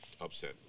Upset